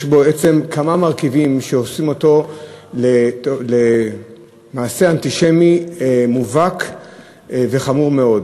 יש בו כמה מרכיבים שעושים אותו למעשה אנטישמי מובהק וחמור מאוד.